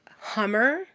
Hummer